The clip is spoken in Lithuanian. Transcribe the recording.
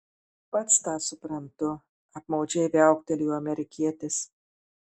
pats tą suprantu apmaudžiai viauktelėjo amerikietis